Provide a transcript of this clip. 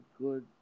good